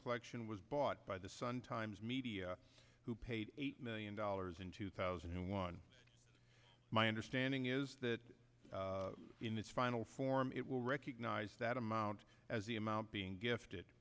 collection was bought by the sun times media who paid eight million dollars in two thousand and one my understanding is that in its final form it will recognize that amount as the amount being gifted